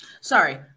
Sorry